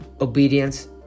obedience